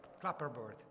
clapperboard